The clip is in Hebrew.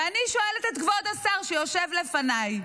ואני שואלת את כבוד השר, שיושב לפניי: